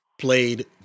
played